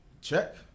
check